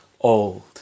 old